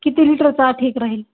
किती लिटरचा ठीक राहील